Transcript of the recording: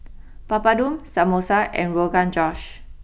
Papadum Samosa and Rogan Josh